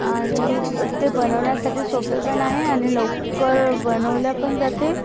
आणि ते बनवण्यसाठी सोपे पण आहे आणि लवकर बनवले पण जाते